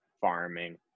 farming